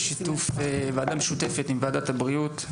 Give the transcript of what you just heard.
ועדה משותפת עם ועדת הבריאות.